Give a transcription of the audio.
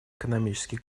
экономический